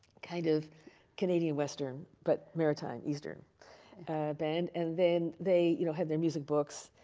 kind of canadian western, but maritime eastern band. and then they, you know, had their music books.